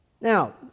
Now